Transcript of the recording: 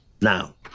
now